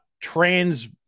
trans